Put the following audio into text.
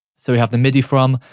so, we have the midi from.